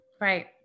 right